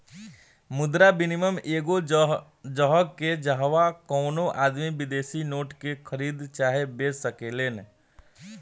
मुद्रा विनियम एगो जगह ह जाहवा कवनो आदमी विदेशी नोट के खरीद चाहे बेच सकेलेन